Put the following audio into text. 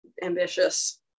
ambitious